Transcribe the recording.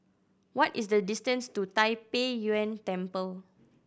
what is the distance to Tai Pei Yuen Temple